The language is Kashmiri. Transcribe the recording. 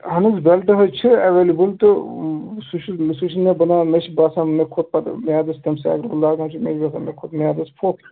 اہن حظ بیلٹ حظ چھِ ایویلیبٕل تہٕ سُہ چھُ سُہ چھُ مےٚ بَنان مےٚ چھُ باسان مےٚ کھوٚت پتہٕ میادَس تمہِ ساتہٕ لاگان چھُ مےٚ چھُ باسان مےٚ کھۄتہٕ میادَس پھوٚک